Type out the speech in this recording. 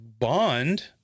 Bond